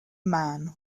man